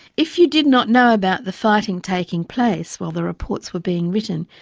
if you did not know about the fighting taking place while the reports were being written,